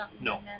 No